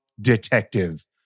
detective